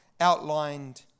outlined